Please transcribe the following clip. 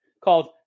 called